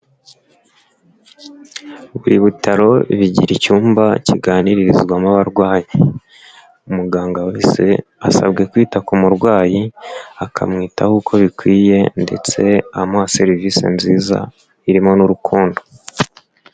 Buri butaro bigira icyumba kiganirizwamo abarwayi. Umuganga wese asabwe kwita ku murwayi, akamwitaho uko bikwiye ndetse amuha serivisi nziza irimo n'urukundo.